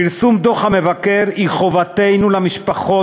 פרסום דוח המבקר הוא חובתנו למשפחות